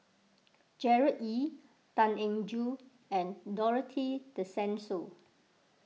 Gerard Ee Tan Eng Joo and Dorothy Tessensohn